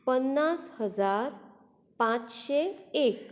पन्नास हजार पांचशें एक